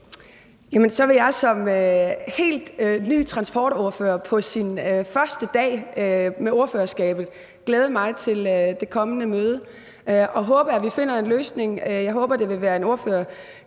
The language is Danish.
så vil jeg som helt ny transportordfører på sin første dag med ordførerskabet glæde mig til det kommende møde og håbe, at vi finder en løsning. Jeg håber, det vil være en ordførerkreds,